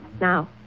now